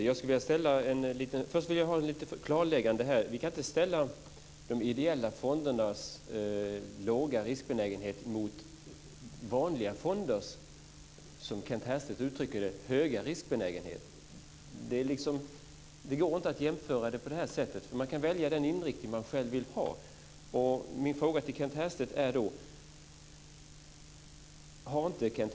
Fru talman! Först vill jag ha ett litet klarläggande här. Vi kan inte ställa de ideella fondernas låga riskbenägenhet mot vanliga fonders, som Kent Härstedt uttrycker det, höga riskbenägenhet. Det går inte att göra en jämförelse på det här sättet, för man kan välja den inriktning som man själv vill ha.